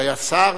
שהיה שר,